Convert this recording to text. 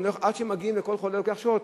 עד שהם מגיעים לכל חולה לוקח שעות.